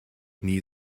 nie